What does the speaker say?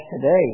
today